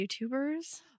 YouTubers